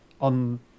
on